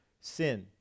sin